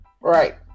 Right